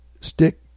stick